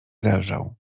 zelżał